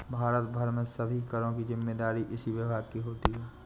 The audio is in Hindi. भारत भर में सभी करों की जिम्मेदारी इसी विभाग की होती है